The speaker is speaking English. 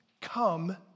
come